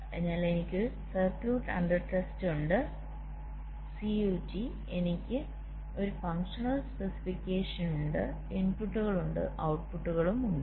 അതിനാൽ എനിക്ക് circuit under test ഉണ്ട് CUT എനിക്ക് ഒരു ഫങ്ഷണൽ സ്പെസിഫിക്കേഷൻ functional specificationഉണ്ട് ഇൻപുട്ടുകൾ ഉണ്ട് ഔട്ട്പുട്ടുകൾ ഉണ്ട്